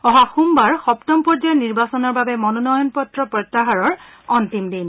অহা সোমবাৰ সপ্তম পৰ্যায়ৰ নিৰ্বাচনৰ বাবে মনোনয়ন পত্ৰ প্ৰত্যাহাৰৰ অন্তিম দিন